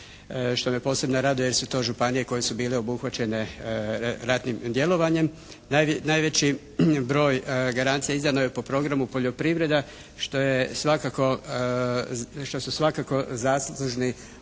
što me posebno raduje jer su to županije koje su bile obuhvaćene ratnim djelovanjem. Najveći broj garancija izdano je po programu poljoprivreda što je svakako,